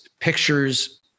pictures